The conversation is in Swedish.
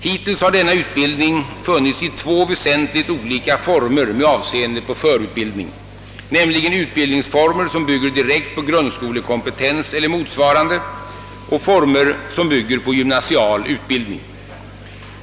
Hittills har denna utbildning funnits i två väsentligt olika former med avseende på förutbildning, nämligen utbildningsformer som bygger direkt på grundskolekompetens eller motsvarande och former som bygger på gymnasial utbildning.